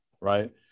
Right